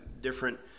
different